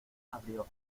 abrió